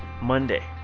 Monday